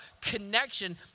connection